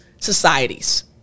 societies